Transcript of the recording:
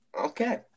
Okay